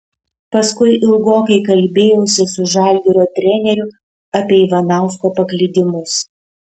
paskui ilgokai kalbėjausi su žalgirio treneriu apie ivanausko paklydimus